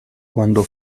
quando